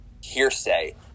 hearsay